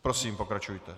Prosím, pokračujte.